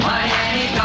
Miami